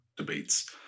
Debates